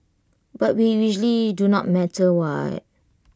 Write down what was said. but we usually do not matter what